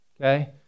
Okay